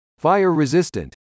fire-resistant